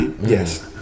yes